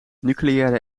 nucleaire